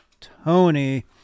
Tony